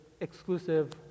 exclusive